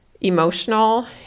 emotional